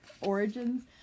origins